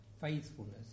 faithfulness